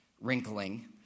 wrinkling